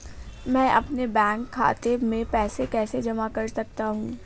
मैं अपने बैंक खाते में पैसे कैसे जमा कर सकता हूँ?